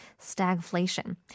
stagflation